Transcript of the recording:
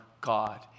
God